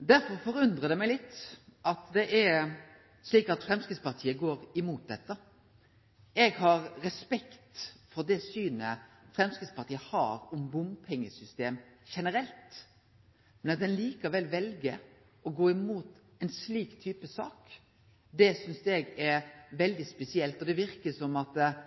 Derfor forundrar det meg litt at Framstegspartiet går imot dette. Eg har respekt for det synet Framstegspartiet har på bompengesystem generelt, men at ein likevel vel å gå imot ei slik sak, synest eg er veldig spesielt. Det verkar som